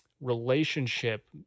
relationship